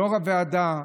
יושב-ראש הוועדה: